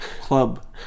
Club